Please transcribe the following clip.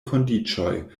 kondiĉoj